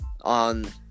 on